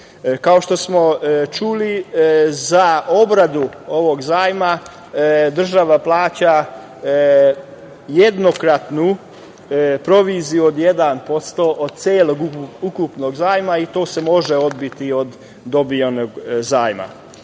Kao što smo čuli za obradu ovog zajma država plaća jednokratnu proviziju od 1% od celog ukupnog zajma i to se može odbiti od dobijenog zajma.